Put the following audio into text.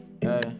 hey